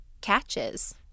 catches